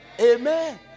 Amen